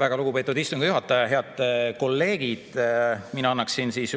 Väga lugupeetud istungi juhataja! Head kolleegid! Mina annan